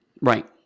Right